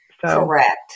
Correct